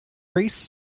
race